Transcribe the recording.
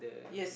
yes